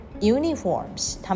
uniforms